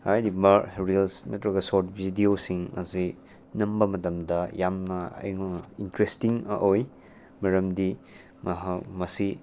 ꯍꯥꯏꯔꯤꯕ ꯔꯤꯜꯁ ꯅꯠꯇꯔꯒ ꯁꯣꯔꯠꯁ ꯚꯤꯗꯤꯌꯣꯁꯤꯡꯁꯤ ꯅꯝꯕ ꯃꯇꯝꯗ ꯌꯥꯝꯅ ꯑꯩꯅ ꯏꯟꯇꯔꯦꯁꯇꯤꯡ ꯑꯣꯏ ꯃꯔꯝꯗꯤ ꯃꯍꯥꯛ ꯃꯁꯤ